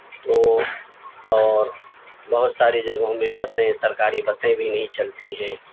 تو اور بہت ساری جگہوں میں بسیں سرکاری بسیں بھی نہیں چلتی ہیں